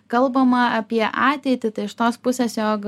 kalbama apie ateitį tai iš tos pusės jog